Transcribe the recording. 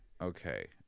Okay